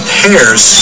pairs